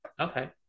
okay